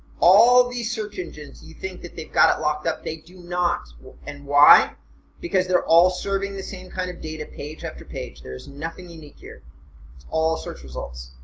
all these search engines do you think that they've got it locked up, they do not and why because they're all serving the same kind of data page after page there is nothing unique here. it's all search results